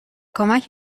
کمک